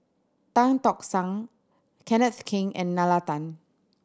Tan Tock San Kenneth Keng and Nalla Tan